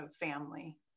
family